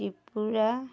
Tripura